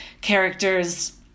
characters